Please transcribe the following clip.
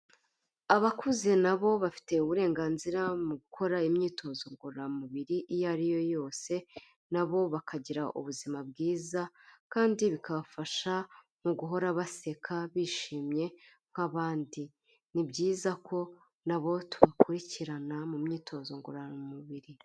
Abakuze na bo bafite uburenganzira mu gukora imyitozo ngororamubiri iyo ari yo yose, na bo bakagira ubuzima bwiza kandi bikabafasha mu guhora baseka bishimye nk'abandi, ni byiza ko na bo tubakurikirana mu myitozo ngororamubiri.